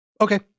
okay